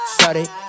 Started